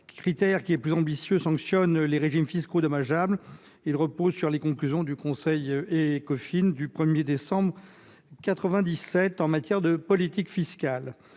critère permet de sanctionner les régimes fiscaux dommageables. Il repose sur les conclusions du conseil Ecofin du 1 décembre 1997, en matière de politique fiscale.